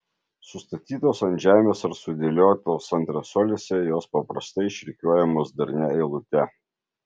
sustatytos ant žemės ar sudėliotos antresolėse jos paprastai išrikiuojamos darnia eilute